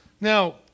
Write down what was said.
Now